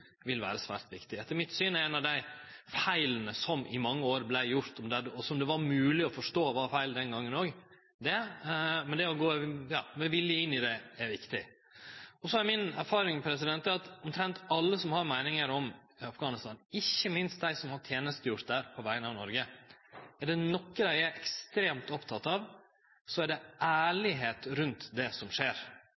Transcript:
vil vere svært viktig. Etter mitt syn er det ein av dei feila som i mange år vart gjord, og som det var mogleg å forstå var feil den gongen òg. Det å gå villig inn i det er viktig. Så er mi erfaring at omtrent alle som har meiningar om Afghanistan, ikkje minst dei som har tenestegjort der på vegner av Noreg, er ekstremt opptekne av ærlegdom rundt det som skjer. Ein av dei måtane vi kan gjere ære på den innsatsen dei har lagt ned, er